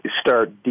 Start